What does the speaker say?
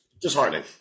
disheartening